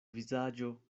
vizaĝo